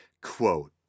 quote